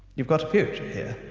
you've got a future here.